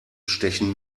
stechen